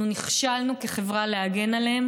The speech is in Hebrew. אנחנו נכשלנו כחברה בלהגן עליהם